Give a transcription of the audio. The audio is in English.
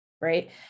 Right